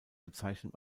bezeichnet